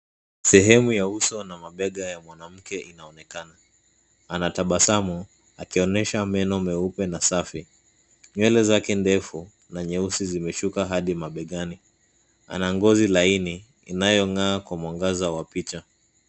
Sehemu ya uso na mabega ya mwanamke inaonekana. Anatabasamu akionyessha meno meupe na safi. Nywele zake ndefu na nyeusi zimeshuka hadi ma mabegani. Ana ngozi laini inayong'aa kwa mwangaza wa picha.